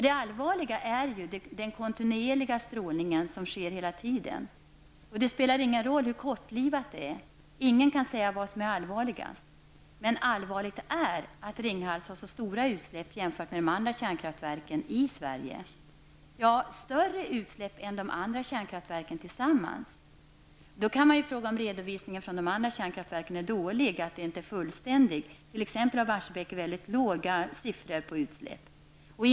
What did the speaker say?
Det allvarliga är nämligen den kontinuerliga strålningen. Det spelar ingen roll hur kortlivad den är. Ingen kan säga vad som är allvarligast. Men allvarligt är att Ringhals har så stora utsläpp jämfört med de andra kärnkraftverken i Sverige. Ja, Ringhals har större utsläpp än de andra kärnkraftverken tillsammans. Då kan man undra om redovisningen från de andra kärnkraftverken är dålig och om den inte är fullständig. T.ex. Barsebäck har mycket låga siffror när det gäller utsläpp.